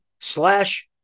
slash